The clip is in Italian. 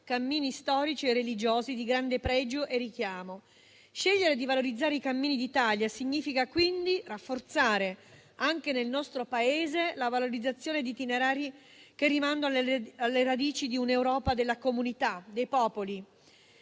cammini storici e religiosi di grande pregio e richiamo. Scegliere di valorizzare i cammini d'Italia significa quindi rafforzare, anche nel nostro Paese, la valorizzazione di itinerari che rimandano alle radici di un'Europa delle comunità e dei popoli.